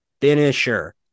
Finisher